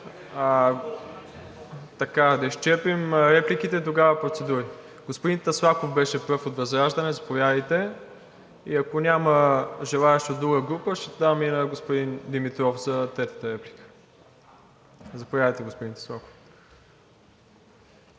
Да изчерпим репликите и тогава процедури. Господин Таслаков беше пръв от ВЪЗРАЖДАНЕ. Заповядайте. И ако няма желаещи от друга група, ще дам и на господин Димитров за третата реплика. Заповядайте, господин Таслаков.